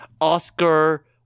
Oscar